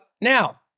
now